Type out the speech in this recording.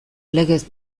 legez